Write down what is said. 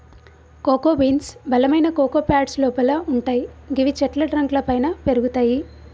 cocoa beans బలమైన cocoa pods లోపల వుంటయ్ గివి చెట్ల ట్రంక్ లపైన పెరుగుతయి